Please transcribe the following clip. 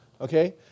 Okay